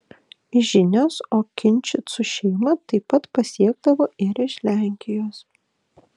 žinios okinčicų šeimą taip pat pasiekdavo ir iš lenkijos